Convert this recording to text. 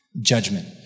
judgment